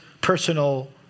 personal